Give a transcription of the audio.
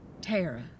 Tara